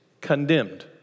condemned